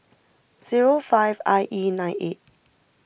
zero five I E nine eight